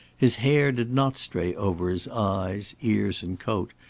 his hair did not stray over his eyes, ears, and coat,